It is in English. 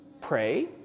pray